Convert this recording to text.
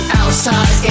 outside